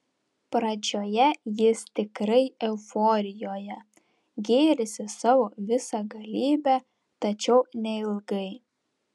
pradžioje jis tikrai euforijoje gėrisi savo visagalybe tačiau neilgai